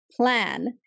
plan